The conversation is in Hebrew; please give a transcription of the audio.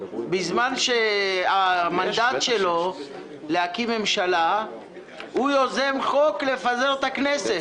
ובזמן שהמנדט שלו להקים ממשלה הוא יוזם חוק לפזר את הכנסת,